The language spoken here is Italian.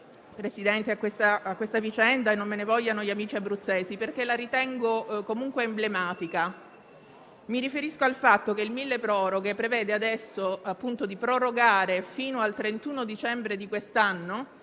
riferimento a questa vicenda - e non me ne vogliano gli amici abruzzesi - perché la ritengo comunque emblematica. Mi riferisco al fatto che il decreto milleproroghe prevede di prorogare, fino al 31 dicembre di quest'anno,